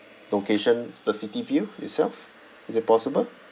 location the city view itself is it possible